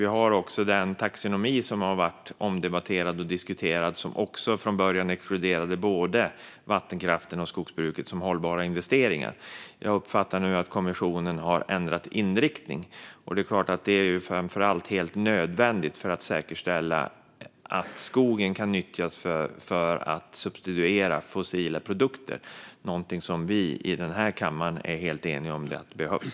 Vi har också den taxonomi som blivit omdebatterad och diskuterad och som från början exkluderade både vattenkraften och skogsbruket som hållbara investeringar. Jag uppfattar nu att kommissionen har ändrat inriktning, och det är klart att det framför allt är helt nödvändigt för att säkerställa att skogen kan nyttjas för att substituera fossila produkter - något som vi i den här kammaren är helt eniga om behövs.